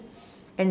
and the